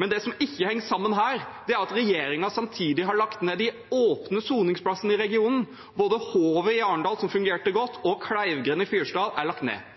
Men det som ikke henger sammen her, er at regjeringen samtidig har lagt ned de åpne soningsplassene i regionen. Både Hovet i Arendal, som fungerte godt, og Kleivgrend i Fyresdal er lagt ned.